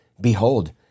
behold